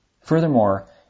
Furthermore